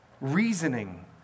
reasoning